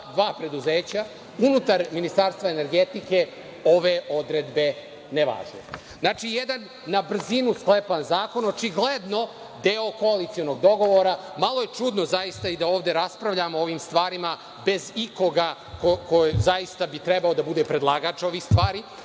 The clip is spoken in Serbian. dva preduzeća unutar Ministarstva energetike ove odredbe ne važe. Znači, jedan na brzinu sklepan zakon, očigledno deo koalicionog dogovora. Malo je čudno, zaista, da ovde raspravljamo o ovim stvarima bez ikoga ko zaista bi trebao da bude predlagač ovih stvari,